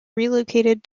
relocated